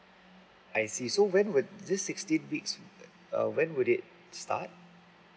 I see so when would this sixteen weeks uh when would it start